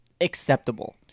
acceptable